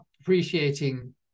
appreciating